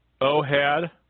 Ohad